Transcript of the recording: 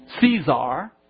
Caesar